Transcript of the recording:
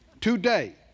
today